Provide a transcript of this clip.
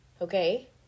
Okay